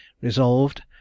Resolved